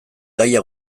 gaia